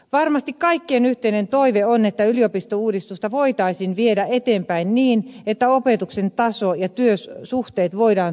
varmasti kaikkien yhteinen toive on että yliopistouudistusta voitaisiin viedä eteenpäin niin että opetuksen taso ja työsuhteet voidaan turvata